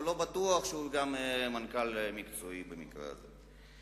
ולא בטוח שהוא מנכ"ל מקצועי במקרה הזה.